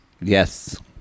Yes